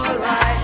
alright